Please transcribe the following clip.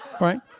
right